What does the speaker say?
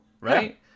right